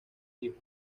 hijos